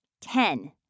Ten